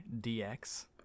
DX